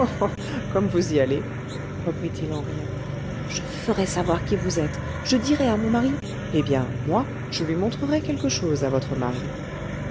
comme vous y allez reprit-il en riant je ferai savoir qui vous êtes je dirai à mon mari eh bien moi je lui montrerai quelque chose à votre mari